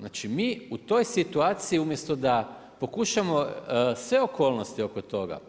Znači mi u toj situaciji umjesto da pokušamo sve okolnosti oko toga,